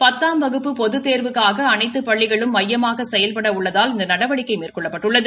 பத்தாம் வகுப்பு பொதுத்தோவுக்காக அனைத்து பள்ளிகளும் மைபமாக செயல்பட உள்ளதால் இந்த நடவடிக்கை மேற்கொள்ளப்பட்டுள்ளது